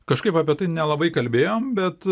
kažkaip apie tai nelabai kalbėjom bet